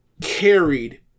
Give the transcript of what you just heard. carried